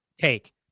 take